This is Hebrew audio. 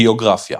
ביוגרפיה